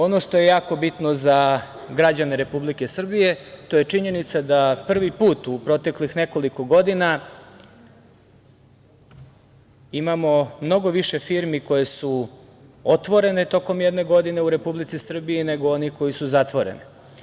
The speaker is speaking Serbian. Ono što je jako bitno za građane Republike Srbije to je činjenica da prvi put u proteklih nekoliko godina imamo mnogo više firmi koje su otvorene tokom jedne godine u Republici Srbiji, nego onih koje su zatvorene.